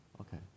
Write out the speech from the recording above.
Okay